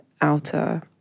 outer